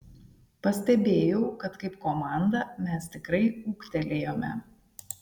pastebėjau kad kaip komanda mes tikrai ūgtelėjome